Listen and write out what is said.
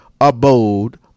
abode